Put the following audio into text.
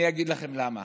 אני אגיד לכם למה: